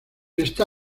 está